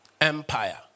empire